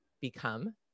become